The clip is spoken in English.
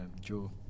Joe